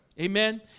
Amen